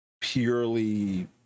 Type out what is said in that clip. purely